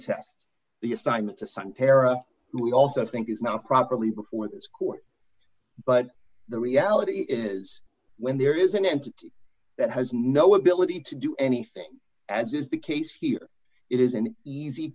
test the assignment to some terra we also think is not properly before this court but the reality is when there is an entity that has no ability to do anything as is the case here it is an easy